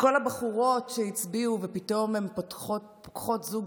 כל הבחורות שהצביעו ופתאום הן פוקחות זוג